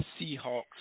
seahawks